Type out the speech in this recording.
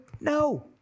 No